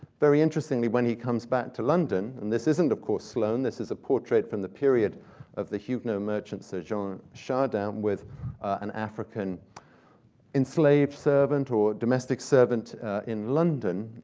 very interestingly, when he comes back to london and this isn't, of course, sloane. this is a portrait from the period of the huguenot emergence of sir john chardin, with an african enslaved servant or domestic servant in london.